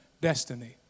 destiny